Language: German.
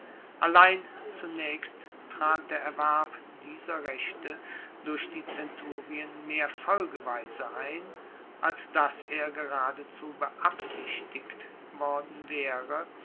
allein zunaechst trat der erwerb dieser rechte durch die zenturien mehr folgeweise ein als dass er geradezu beabsichtigt worden waere